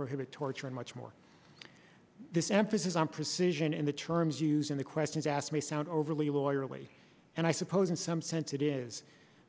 prohibit torture and much more this emphasis on precision and the terms used in the questions asked may sound overly loyally and i suppose in some sense it is